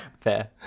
Fair